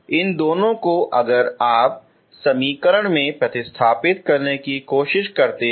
इन दोनों को अगर आप समीकरण में प्रतिस्थापित करने की कोशिश करते हैं